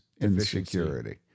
insecurity